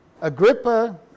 Agrippa